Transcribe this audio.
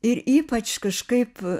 ir ypač kažkaip